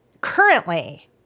Currently